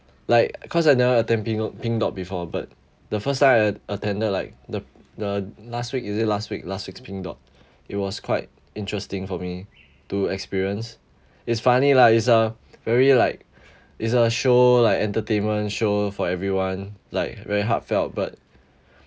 like cause I never attend pink pink dot before but the first time I attended like the the last week is it last week last week's pink dot it was quite interesting for me to experience it's funny lah it's a very like it's a show like entertainment show for everyone like very heartfelt but